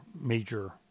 major